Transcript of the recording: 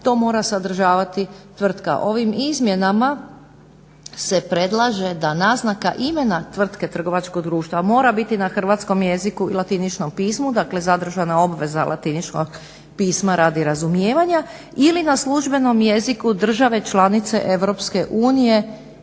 to mora sadržavati tvrtka. Ovim izmjenama se predlaže da naznaka imena tvrtke trgovačkog društva mora biti na hrvatskom jeziku i latiničnom pismu, dakle zadržana je obveza latiničnog pisma radi razumijevanja ili na službenom jeziku države članice Europske unije